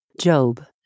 Job